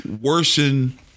worsen